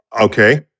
Okay